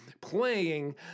playing